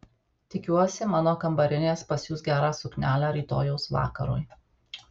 tikiuosi mano kambarinės pasiūs gerą suknelę rytojaus vakarui